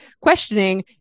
questioning